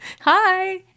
Hi